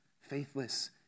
faithless